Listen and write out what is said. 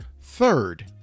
Third